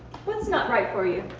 what's not right for you?